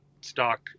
stock